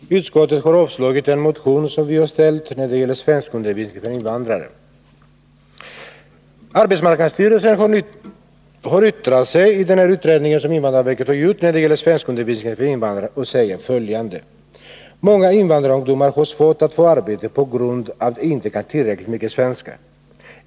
Herr talman! Utskottet har avstyrkt en motion som vi väckt och som gäller svenskundervisningen för invandrare. Arbetsmarknadsstyrelsen har yttrat sigi den utredning som invandrarverket gjort när det gäller svenskundervisningen för invandrare och säger följande: ”Många invandrarungdomar har svårt att få arbete på grund av att de inte kan tillräckligt mycket svenska.